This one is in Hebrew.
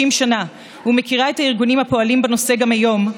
שנה ומכירה את הארגונים הפועלים בנושא גם היום,